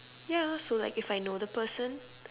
ya so like if I know the person